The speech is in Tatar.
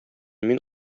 мин